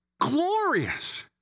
glorious